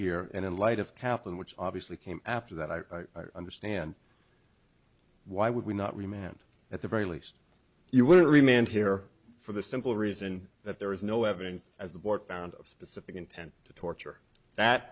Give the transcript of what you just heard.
here and in light of kaplan which obviously came after that i understand why would we not remain and at the very least you wouldn't remain here for the simple reason that there is no evidence as the board found of specific intent to torture that